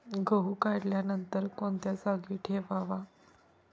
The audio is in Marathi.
गहू काढल्यानंतर कोणत्या जागी ठेवावा?